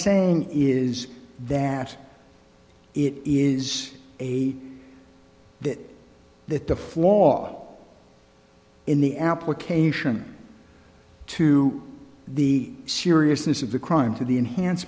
saying is that it is a that that the flaw in the application to the seriousness of the crime to the enhance